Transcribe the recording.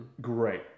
great